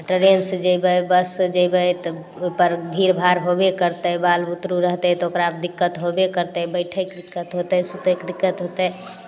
आ ट्रेनसँ जयबय बससँ जयबय तऽ उपर भीड़भाड़ होबे करतय बाल बुतरू रहतय तऽ ओकरा दिक्कत होबे करतय बैठयके दिक्कत होतय सुतयके दिक्कत होतय